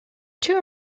two